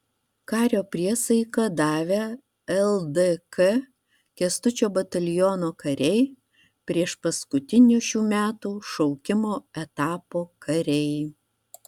kario priesaiką davę ldk kęstučio bataliono kariai priešpaskutinio šių metų šaukimo etapo kariai